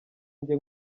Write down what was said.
njye